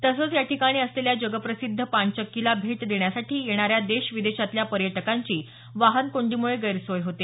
तसंच याठिकाणी असलेल्या जगप्रसिद्ध पाणचक्कीला भेट देण्यासाठी येणाऱ्या देश विदेशातील पर्यटकांची वाहनकोंडीमुळे गैरसोय होते